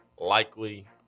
likely